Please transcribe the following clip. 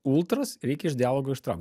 ultras reikia iš dialogo ištraukt